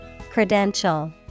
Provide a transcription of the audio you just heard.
Credential